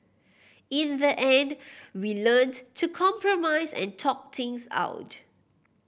in the end we learnt to compromise and talk things out